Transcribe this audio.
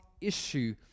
issue